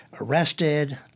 arrested